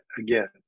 again